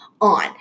On